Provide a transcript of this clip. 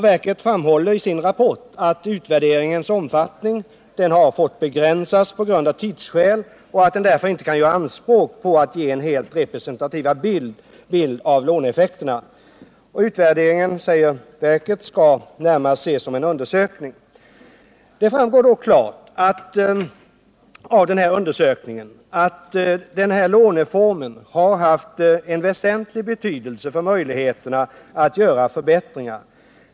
Verket framhåller i sin rapport att utvärderingens omfattning har fått begränsas av tidsskäl och att utvärderingen därför inte kan göra anspråk på att ge en helt representativ bild av låneeffekterna. Utvärderingen skall, säger verket, därför närmast ses som en undersökning. Det framgår dock klart av undersökningen att den här låneformen har haft väsentlig betydelse för möjligheterna att göra förbättringar.